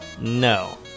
No